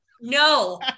no